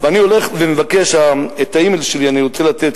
את האימייל שלי אני רוצה לתת.